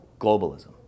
globalism